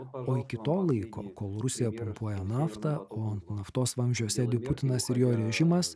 o iki to laiko kol rusija pumpuoja naftą o ant naftos vamzdžio sėdi putinas ir jo režimas